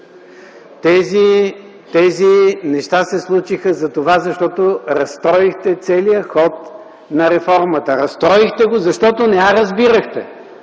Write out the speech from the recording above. Тези неща се случиха, защото разтроихте целия ход на реформата. Разтроихте го, защото не я разбирахте,